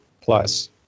plus